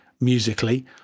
musically